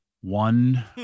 One